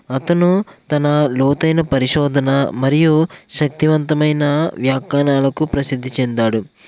అతను తన లోతైన పరిశోధన మరియు శక్తివంతమైన వ్యాఖ్యానాలకు ప్రసిద్ధి చెందాడు